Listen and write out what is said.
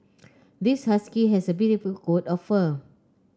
this husky has a beautiful coat of fur